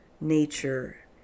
nature